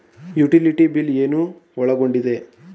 Utility bill ಏನು ಒಳಗೊಂಡಿದೆ?